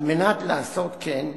על מנת לעשות כן,